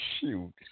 Shoot